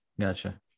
gotcha